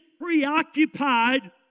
preoccupied